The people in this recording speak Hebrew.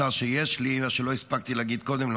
מה שלא הספקתי להגיד קודם,